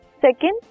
Second